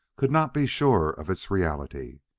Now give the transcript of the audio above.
could not be sure of its reality.